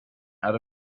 out